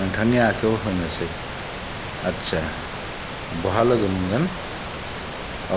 नोंथांनि आखाइयाव होनोसै आथसा बहा लोगो मोनगोन